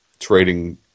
trading